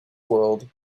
world